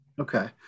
Okay